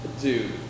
Dude